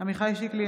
עמיחי שיקלי,